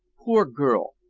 poor girl!